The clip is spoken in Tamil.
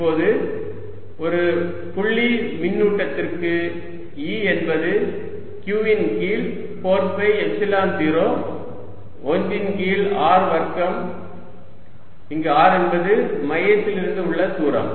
இப்போது ஒரு புள்ளி மின்னூட்டத்திற்கு E என்பது q ன் கீழ் 4 பை எப்சிலன் 0 1 ன் கீழ் r வர்க்கம் இங்கு r என்பது மையத்திலிருந்து உள்ள தூரம்